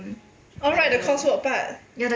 oh right the coursework part